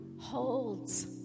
holds